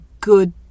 good